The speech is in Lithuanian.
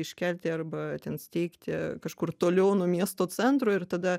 iškelti arba ten steigti kažkur toliau nuo miesto centro ir tada